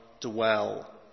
dwell